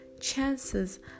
chances